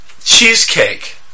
Cheesecake